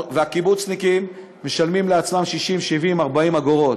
והקיבוצניקים משלמים לעצמם 60, 70, 40 אגורות.